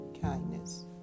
kindness